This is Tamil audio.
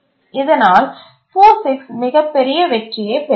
இதனால் போசிக்ஸ் மிகப்பெரிய வெற்றியைப் பெற்றது